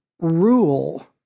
Rule